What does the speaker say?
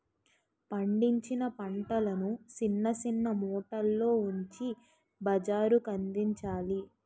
పండించిన పంటలను సిన్న సిన్న మూటల్లో ఉంచి బజారుకందించాలి